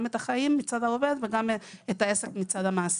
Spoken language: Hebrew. גם את החיים מצד העובד וגם את העסק מצד המעסיק.